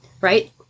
right